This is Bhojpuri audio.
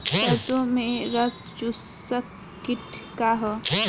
सरसो में रस चुसक किट का ह?